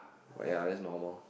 but ya that's normal